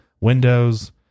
windows